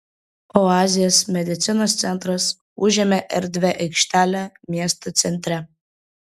oazės medicinos centras užėmė erdvią aikštelę miesto centre